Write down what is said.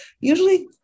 usually